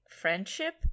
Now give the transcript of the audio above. friendship